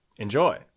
Enjoy